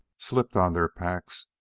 slipped on their packs,